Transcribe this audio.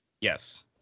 Yes